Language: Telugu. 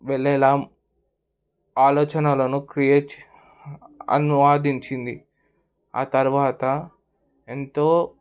వెళ్ళేలా ఆలోచనలను క్రియేట్ అన్వాదించింది ఆ తర్వాత ఎంతో